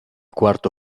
quarto